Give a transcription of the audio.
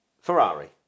Ferrari